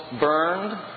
burned